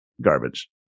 garbage